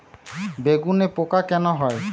বেগুনে পোকা কেন হয়?